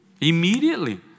Immediately